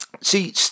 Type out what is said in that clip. see